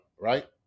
right